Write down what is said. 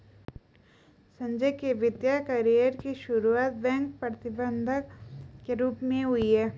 संजय के वित्तिय कैरियर की सुरुआत बैंक प्रबंधक के रूप में हुई